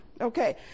Okay